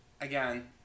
again